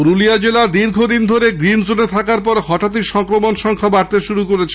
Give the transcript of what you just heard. পুরুলিয়া জেলা দীর্ঘদীন green zone থাকার পর হঠাত্ই সংক্রমণ সংখ্যা বাড়তে শুরু করেছে